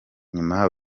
nyuma